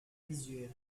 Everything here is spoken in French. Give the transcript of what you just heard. visuel